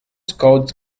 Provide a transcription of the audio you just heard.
scouts